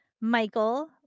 Michael